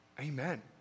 Amen